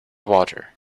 water